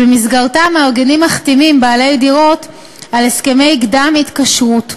שבמסגרתה מארגנים מחתימים בעלי דירות על הסכמי קדם-התקשרות,